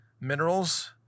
minerals